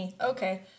okay